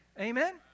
Amen